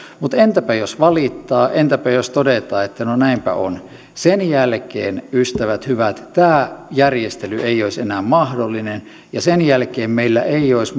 mutta entäpä jos valittaa entäpä jos todetaan että no näinpä on sen jälkeen ystävät hyvät tämä järjestely ei olisi enää mahdollinen ja sen jälkeen meillä ei olisi